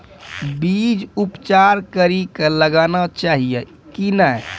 बीज उपचार कड़ी कऽ लगाना चाहिए कि नैय?